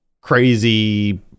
crazy